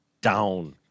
down